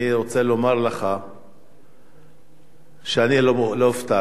אני רוצה לומר לך שאני לא הופתעתי.